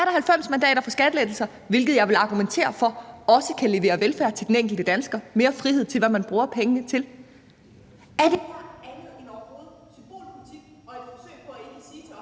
der er 90 mandater for skattelettelser, hvilket jeg vil argumentere for også kan levere velfærd til den enkelte dansker og mere frihed til, hvad man bruger pengene til.